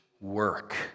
work